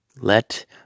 Let